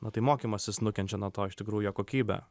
na tai mokymasis nukenčia nuo to iš tikrųjų jo kokybė